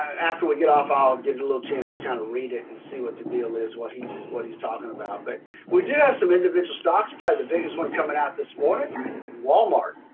after we get off i'll get a little chance to kind of read it and see what the deal is, what he's what he's talking about. but we do have some individual stocks. probably the biggest one coming out this morning walmart.